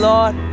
Lord